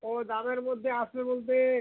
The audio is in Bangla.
ও দামের মধ্যে আসবে বলতে